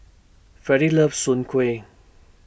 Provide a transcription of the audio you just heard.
Fredy loves Soon Kueh